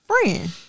Friend